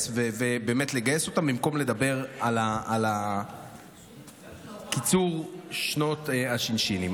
ולגייס אותם במקום לדבר על קיצור שנות הש"שנים.